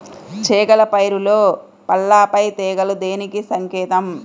చేగల పైరులో పల్లాపై తెగులు దేనికి సంకేతం?